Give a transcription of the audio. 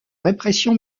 répression